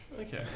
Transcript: Okay